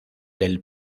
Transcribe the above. del